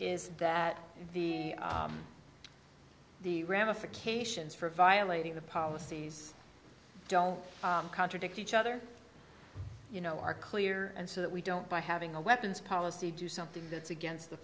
that the ramifications for violating the policies don't contradict each other you know are clear and so that we don't by having a weapons policy do something that's against the